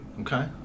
Okay